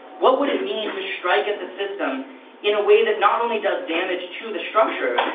what would it mean to strike at the system in a way that not only does damage to the structure,